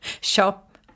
Shop